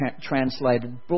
translated